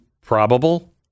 Probable